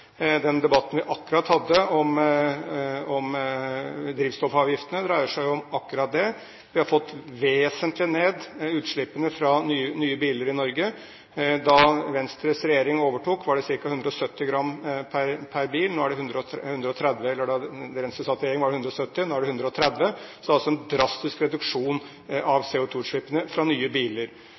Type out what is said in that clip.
Den debatten vi akkurat hadde om drivstoffavgiftene, dreier seg jo om akkurat det. Vi har i vesentlig grad fått ned utslippene fra nye biler i Norge. Da regjeringen som Venstre var med i, overtok, var grensen satt til ca. 170 gram per bil, nå er det 130 gram. Så det er en drastisk reduksjon av CO2-utslipp fra nye biler. Det har også vært en